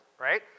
right